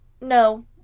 No